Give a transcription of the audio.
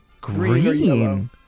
green